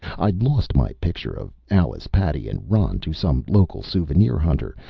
i'd lost my picture of alice, patty and ron to some local souvenir hunter.